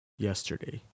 Yesterday